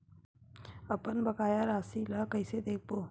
अपन बकाया राशि ला कइसे देखबो?